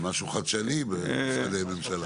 זה משהו חדשני במשרדי ממשלה.